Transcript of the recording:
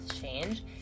change